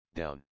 down